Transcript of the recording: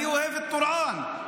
אני אוהב את טורעאן,